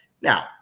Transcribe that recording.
Now